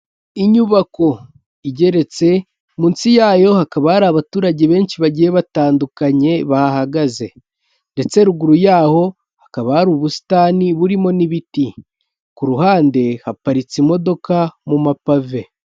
Inyubako igeretse munsi yayo hakaba hari abaturage benshi bagiye batandukanye bahagaze, ndetse ruguru yaho hakaba hari ubusitani burimo n'ibiti ku ruhande haparitse imodoka mu mapave.